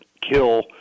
kill